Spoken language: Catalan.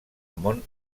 món